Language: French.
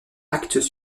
actes